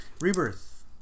Rebirth